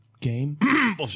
game